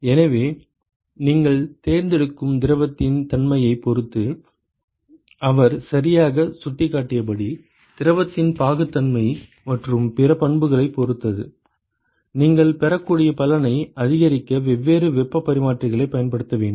எனவே நீங்கள் தேர்ந்தெடுக்கும் திரவத்தின் தன்மையைப் பொறுத்து அவர் சரியாகச் சுட்டிக்காட்டியபடி திரவத்தின் பாகுத்தன்மை மற்றும் பிற பண்புகளைப் பொறுத்து நீங்கள் பெறக்கூடிய பலனை அதிகரிக்க வெவ்வேறு வெப்பப் பரிமாற்றிகளைப் பயன்படுத்த வேண்டும்